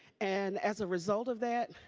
and as a result of that,